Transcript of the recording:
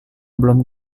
belum